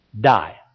die